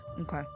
Okay